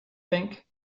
think